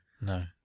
no